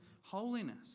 holiness